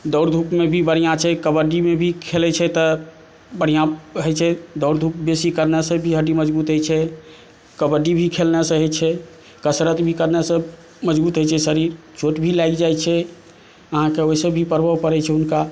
दौड़ धुपमे भी बढ़िऑं छै कबड्डीमे भी खेलै छै तऽ बढ़िऑं होइ छै डूअड़ धुप बेसी करने से भी हड्डी मजबुत होइ छै कबड्डी भी खेलने से होइ छै कसरत भी करने से मजबुत होइ छै शरीर चोट भी लागि जाइ छै अहाँकेँ ओहिसँ भी प्रभाव पड़ै छै हुनका